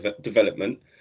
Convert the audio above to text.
development